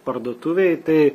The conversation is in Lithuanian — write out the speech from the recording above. parduotuvėj tai